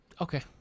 Okay